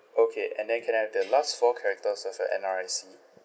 okay and then can I have the last four characters of your N_R_I_C